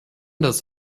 dass